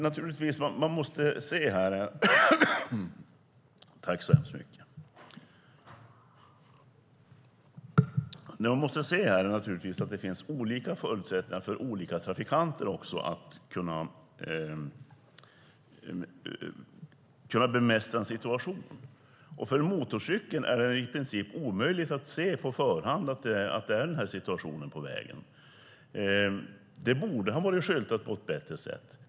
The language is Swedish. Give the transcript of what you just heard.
Det man måste se här är naturligtvis att det finns olika förutsättningar för olika trafikanter att kunna bemästra en situation. För motorcykeln är det i princip omöjligt att på förhand se denna situation på vägen. Det borde ha varit skyltat på ett bättre sätt.